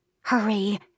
Hurry